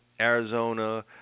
Arizona